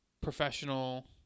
professional